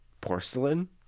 Porcelain